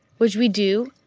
which we do.